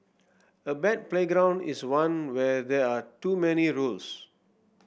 a bad playground is one where there are too many rules